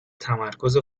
تمرکز